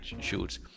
shoots